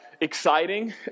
exciting